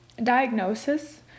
diagnosis